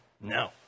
No